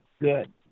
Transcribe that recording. good